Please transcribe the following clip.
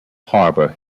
harbour